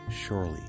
Surely